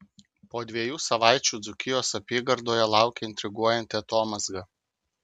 po dviejų savaičių dzūkijos apygardoje laukia intriguojanti atomazga